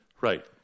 Right